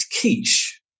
quiche